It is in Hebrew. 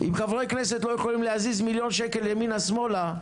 אם חברי כנסת לא יכולים להזיז מיליון שקל ימינה שמאלה,